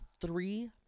three